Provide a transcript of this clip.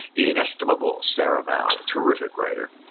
the inestimable sarah vowell, a terrific writer,